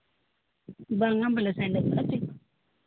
ᱵᱟᱝᱼᱟ ᱵᱟᱞᱮ ᱥᱮᱱ ᱠᱟᱱᱟ